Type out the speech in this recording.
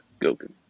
Goku